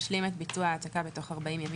ישלים את ביצוע ההעתקה בתוך 40 ימים